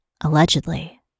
Allegedly